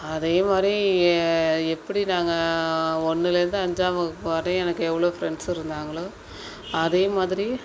அதே மாதிரி ஏ எப்படி நாங்கள் ஒன்னுலேருந்து அஞ்சாம் வகுப்பு வரையும் எனக்கு எவ்வளோ ஃப்ரெண்ட்ஸு இருந்தாங்களோ அதே மாதிரி